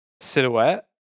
silhouette